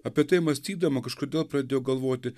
apie tai mąstydama kažkodėl pradėjau galvoti